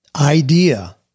idea